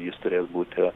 jis turės būti